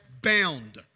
bound